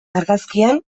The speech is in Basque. argazkian